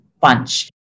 punch